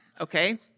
okay